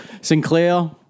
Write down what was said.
Sinclair